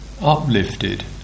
uplifted